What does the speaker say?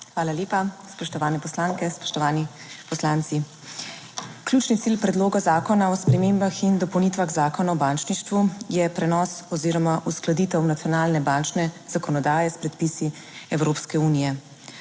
Hvala lepa. Spoštovane poslanke, spoštovani poslanci! Ključni cilj Predloga zakona o spremembah in dopolnitvah Zakona o bančništvu je prenos oziroma uskladitev nacionalne bančne zakonodaje s predpisi Evropske unije.